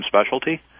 specialty